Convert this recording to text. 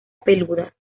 peludas